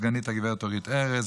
הסגנית גב' אורית ארז,